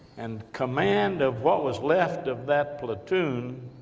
and command of what was left of that platoon,